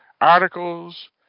articles